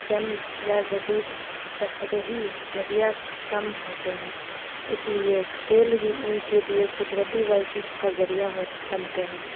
جم یا جدید تفریحی ذریعہ کم ہوتے ہیں اس لیے کھیل ہی ان کے لیے قدرتی ورزش کا ذریعہ ہو بنتے ہیں